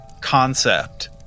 concept